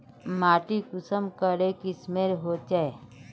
माटी कुंसम करे किस्मेर होचए?